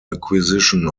acquisition